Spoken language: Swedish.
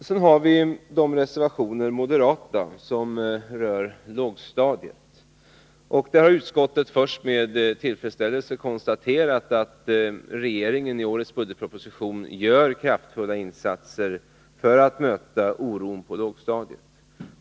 Sedan har vi de moderata reservationer som rör lågstadiet. Utskottet har med tillfredsställelse konstaterat att regeringen i årets budgetproposition gör kraftfulla insatser för att möta oron på lågstadiet.